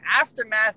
aftermath